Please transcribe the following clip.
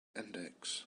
index